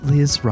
Liz